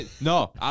No